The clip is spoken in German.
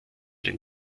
den